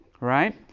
right